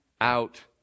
out